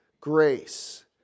grace